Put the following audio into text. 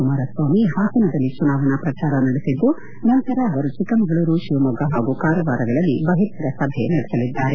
ಕುಮಾರಸ್ವಾಮಿ ಹಾಸನದಲ್ಲಿ ಚುನಾವಣಾ ಪ್ರಚಾರ ನಡೆಸಿದ್ದು ನಂತರ ಅವರು ಚಿಕ್ಕಮಗಳೂರು ಶಿವಮೊಗ್ಗ ಹಾಗೂ ಕಾರವಾರಗಳಲ್ಲಿ ಬಹಿರಂಗ ಸಭೆ ನಡೆಸಲಿದ್ದಾರೆ